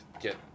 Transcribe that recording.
get